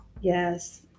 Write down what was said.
yes